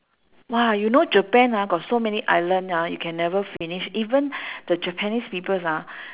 !wah! you know japan ah got so many island ah you can never finish even the japanese people ah